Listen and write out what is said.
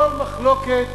כל מחלוקת